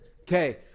Okay